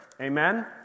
Amen